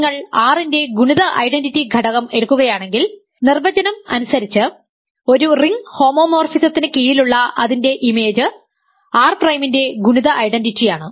നിങ്ങൾ R ന്റെ ഗുണിത ഐഡന്റിറ്റി ഘടകം എടുക്കുകയാണെങ്കിൽ നിർവചനം അനുസരിച്ച് ഒരു റിംഗ് ഹോമോമോർഫിസത്തിന് കീഴിലുള്ള അതിന്റെ ഇമേജ് R പ്രൈമിന്റെ ഗുണിത ഐഡന്റിറ്റിയാണ്